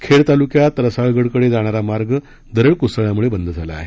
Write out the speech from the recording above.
खेड तालुक्यात रसाळगडकडे जाणारा मार्ग दरड कोसळल्यामुळे बंद झाला आहे